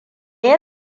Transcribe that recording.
ya